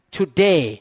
today